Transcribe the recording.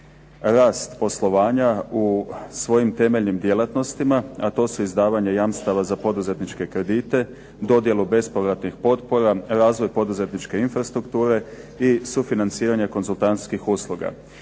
rast poslovanja u svojim temeljnim djelatnostima, a to su izdavanje jamstava za poduzetničke kredite, dodjelu bespovratnih potpora, razvoj poduzetničke infrastrukture i sufinanciranje konzultantskih usluga.